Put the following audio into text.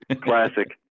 Classic